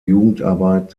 jugendarbeit